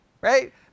right